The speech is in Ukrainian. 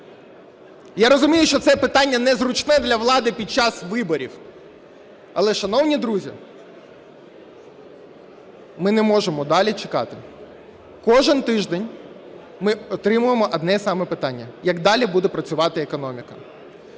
Я розумію, що це питання незручне для влади під час виборів. Але, шановні друзі, ми не можемо далі чекати. Кожен тиждень ми отримуємо одне і те саме питання: як далі буде працювати економіка?